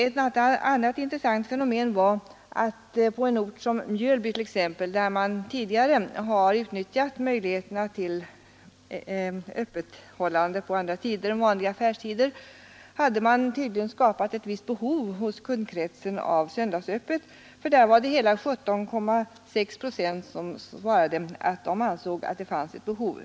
Ett annat intressant fenomen var att på en ort som Mjölby, där man tidigare har utnyttjat möjligheterna till öppethållande på andra tider än vanliga affärstider, har man tydligen skapat ett visst behov hos kundkretsen av söndagsöppet, för där var det hela 17,6 procent som svarade att de ansåg att det fanns ett behov.